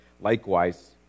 Likewise